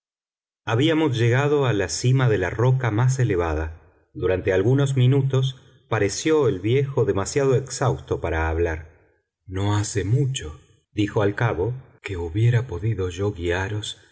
habíamos llegado a la cima de la roca más elevada durante algunos minutos pareció el viejo demasiado exhausto para hablar no hace mucho dijo al cabo que hubiera podido yo guiaros